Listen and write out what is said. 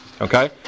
Okay